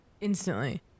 instantly